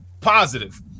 positive